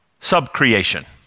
subcreation